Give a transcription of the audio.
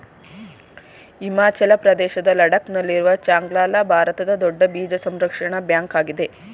ಹಿಮಾಚಲ ಪ್ರದೇಶದ ಲಡಾಕ್ ನಲ್ಲಿರುವ ಚಾಂಗ್ಲ ಲಾ ಭಾರತದ ದೊಡ್ಡ ಬೀಜ ಸಂರಕ್ಷಣಾ ಬ್ಯಾಂಕ್ ಆಗಿದೆ